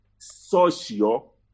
social